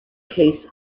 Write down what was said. case